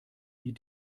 die